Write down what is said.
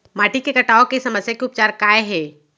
माटी के कटाव के समस्या के उपचार काय हे?